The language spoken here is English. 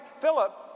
Philip